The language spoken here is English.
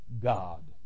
God